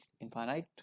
Infinite